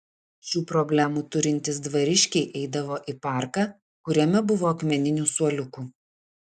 šių problemų turintys dvariškiai eidavo į parką kuriame buvo akmeninių suoliukų